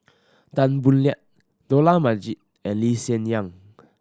Tan Boo Liat Dollah Majid and Lee Hsien Yang